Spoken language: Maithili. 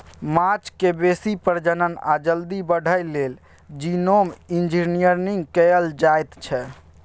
माछक बेसी प्रजनन आ जल्दी बढ़य लेल जीनोम इंजिनियरिंग कएल जाएत छै